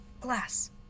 Glass